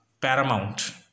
paramount